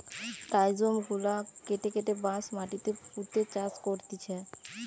rhizome গুলা কেটে কেটে বাঁশ মাটিতে পুঁতে চাষ করতিছে